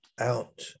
out